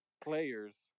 players